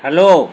hello